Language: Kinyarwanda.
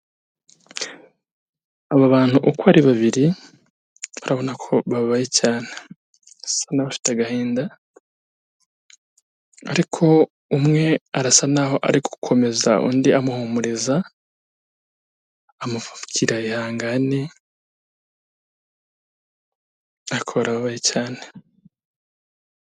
Aba bantu uko ari babiri urabona ko babaye cyane, basa n'abafite agahinda ariko umwe arasa naho ari gukomeza undi amuhumuriza, amubwira ihangane ariko barababaye cyane.